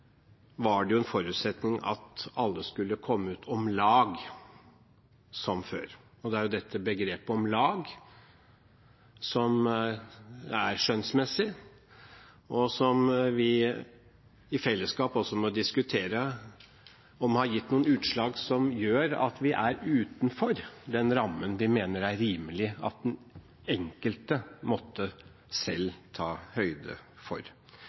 var det en forutsetning at alle skulle komme ut om lag som før. Det er dette begrepet «om lag» som er skjønnsmessig, og som vi i fellesskap også må diskutere om har gitt noen utslag som gjør at vi er utenfor den rammen vi mener er rimelig at den enkelte selv måtte ta høyde for.